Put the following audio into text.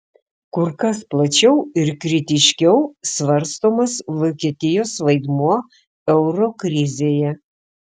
kur kas plačiau ir kritiškiau svarstomas vokietijos vaidmuo euro krizėje